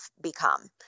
become